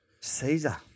Caesar